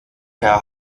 herr